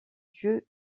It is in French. dieu